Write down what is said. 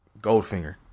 Goldfinger